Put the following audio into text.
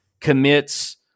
commits